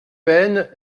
peines